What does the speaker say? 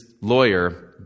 lawyer